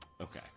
Okay